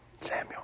Samuel